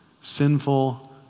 Sinful